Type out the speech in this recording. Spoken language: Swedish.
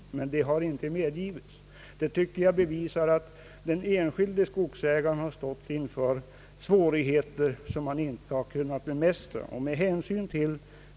Det har emellertid inte medgivits. Detta tycker jag bevisar att den enskilde skogsägaren stått inför svårigheter som han inte kunnat: bemästra.